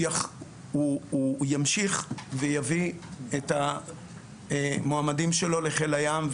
הוא ימשיך ויביא את המועמדים שלו לחיל הים,